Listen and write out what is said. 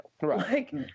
Right